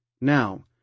Now